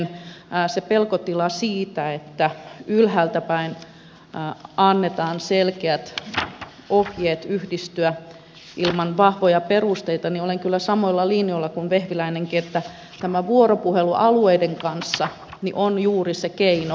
se pelkotila siitä että ylhäältäpäin annetaan selkeät ohjeet yhdistyä ilman vahvoja perusteita olen kyllä samoilla linjoilla kuin vehviläinenkin että tämä vuoropuhelu alueiden kanssa on juuri se keino